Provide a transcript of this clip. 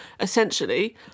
essentially